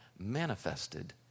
manifested